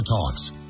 Talks